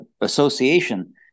association